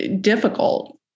difficult